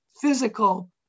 physical